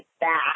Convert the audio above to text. back